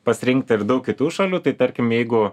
pasirinkti ir daug kitų šalių tai tarkim jeigu